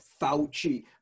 Fauci